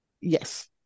Yes